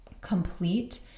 complete